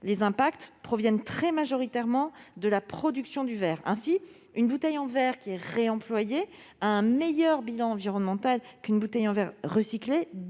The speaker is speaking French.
les impacts provenant très majoritairement de la production du verre. Ainsi, une bouteille en verre réemployée a un meilleur bilan environnemental qu'une bouteille en verre recyclée